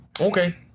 Okay